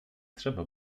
trzeba